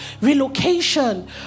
relocation